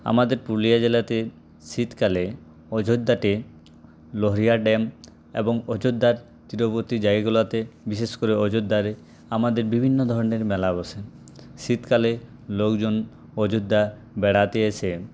আমাদের পুরুলিয়া জেলাতে শীতকালে অযোধ্যাতে লোহেয়া ড্যাম এবং অযোধ্যার তীরবর্তী জায়গাগুলোতে বিশেষ করে অযোধ্যারে আমাদের বিভিন্ন ধরনের মেলা বসে শীতকালে লোকজন অযোধ্যা বেড়াতে এসে